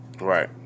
Right